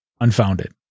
unfounded